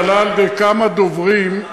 שהועלה על-ידי כמה דוברים,